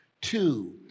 Two